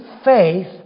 faith